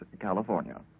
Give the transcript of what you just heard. California